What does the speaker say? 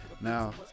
Now